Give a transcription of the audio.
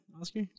Oscar